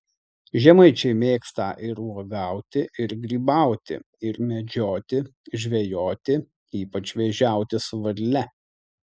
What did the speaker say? žemaičiai mėgstą ir uogauti ir grybauti ir medžioti žvejoti ypač vėžiauti su varle